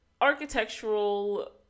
architectural